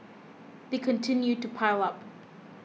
they continue to pile up